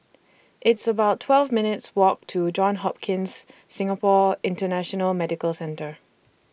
It's about twelve minutes' Walk to Johns Hopkins Singapore International Medical Centre